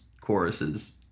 choruses